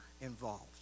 involved